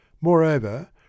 Moreover